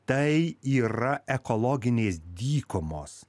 tai yra ekologinės dykumos